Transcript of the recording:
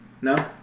No